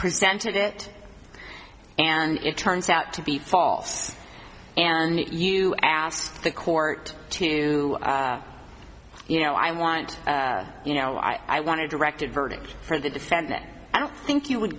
presented it and it turns out to be false and you asked the court to you know i want you know i want to directed verdict for the defendant i don't think you would